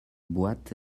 boite